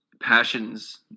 passions